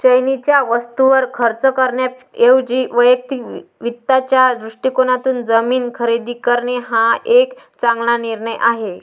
चैनीच्या वस्तूंवर खर्च करण्याऐवजी वैयक्तिक वित्ताच्या दृष्टिकोनातून जमीन खरेदी करणे हा एक चांगला निर्णय आहे